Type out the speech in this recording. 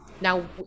Now